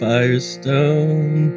Firestone